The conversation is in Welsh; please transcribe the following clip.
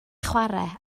chwarae